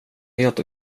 helt